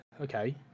okay